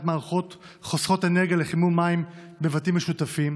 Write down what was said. מערכות חוסכות אנרגיה לחימום מים בבתים משותפים.